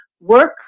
work